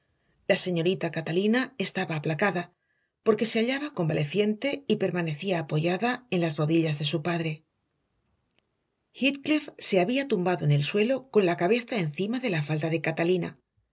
la señorita catalina estaba aplacada porque se hallaba convaleciente y permanecía apoyada en las rodillas de su padre heathcliff se había tumbado en el suelo con la cabeza encima de la falda de catalina